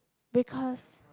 because